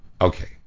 Okay